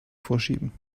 vorschieben